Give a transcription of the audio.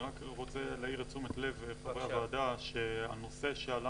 אני רוצה להאיר את תשומת לב חברי הוועדה שהנושא שעלה